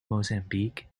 mozambique